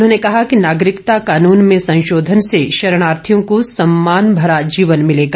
उन्होंने कहा कि नागरिकता कानन में संशोधन से शर्णार्थियों को सम्मान भरा जीवन मिलेगा